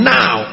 now